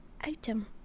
item